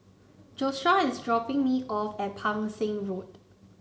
Joshua is dropping me off at Pang Seng Road